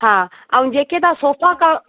हा ऐं जेके तव्हां सोफ़ा क